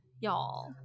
y'all